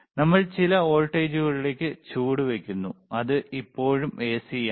നമ്മൾ ചില വോൾട്ടേജിലേക്ക് ചുവടുവെക്കുന്നു അത് ഇപ്പോഴും എസി ആണ്